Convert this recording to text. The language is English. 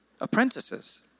apprentices